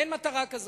אין מטרה כזאת.